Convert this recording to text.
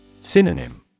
Synonym